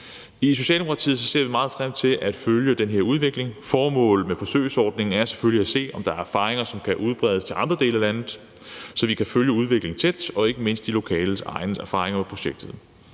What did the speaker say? I Socialdemokratiet ser vi meget frem til at følge den her udvikling. Formålet med forsøgsordningen er selvfølgelig at se, om der er erfaringer, som kan udbredes til andre dele af landet, så vi kan følge udviklingen tæt, og ikke mindst de lokales egne erfaringer med projektet.